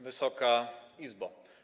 Wysoka Izbo!